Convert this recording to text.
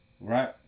right